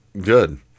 Good